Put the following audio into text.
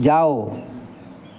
जाओ